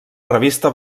revista